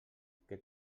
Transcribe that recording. que